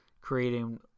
creating